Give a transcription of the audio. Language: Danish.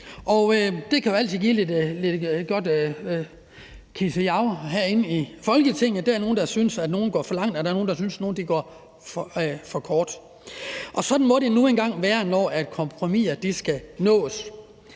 og det kan jo altid give lidt godt kissejav herinde i Folketinget, hvor der er nogle, der synes, at nogen går for langt, og der er andre, der synes, at de ikke går langt nok, og sådan må det nu engang være, når kompromiser skal nås.